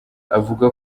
avuga